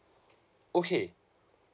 okay